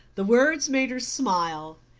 the words made her smile,